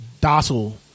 docile